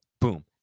boom